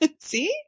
See